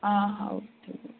ହଁ ହଉ ଠିକ ଅଛି